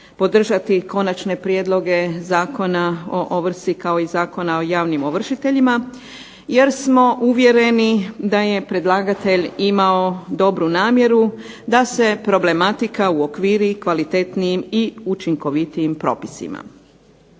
podržati Konačne prijedloga Zakona o ovrsi kao i Zakona o javnim ovršiteljima, jer smo uvjereni da je predlagatelj imao dobru namjeru da se problematika uokviri kvalitetnijim i učinkovitijim propisima.